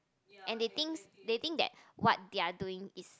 and they thinks they think that what they are doing is